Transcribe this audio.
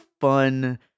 fun